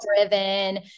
driven